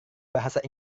bahasa